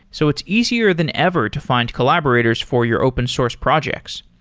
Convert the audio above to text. so it's easier than ever to find collaborators for your open source projects.